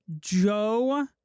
Joe